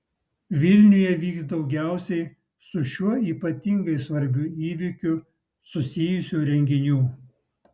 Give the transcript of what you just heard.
vilniuje vyks daugiausiai su šiuo ypatingai svarbiu įvykiu susijusių renginių